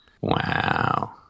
Wow